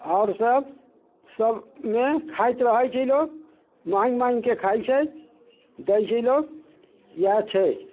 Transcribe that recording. आओर सब सब मे खाइत रहै छै लोक माॅंगि माॅंगि के खाइ छै दै छै लोक इएह छै